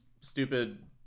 stupid